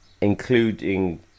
including